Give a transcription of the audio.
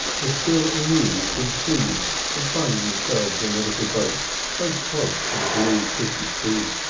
were still amused and pleased at finding themselves in the little boat so close to the blue pretty sea.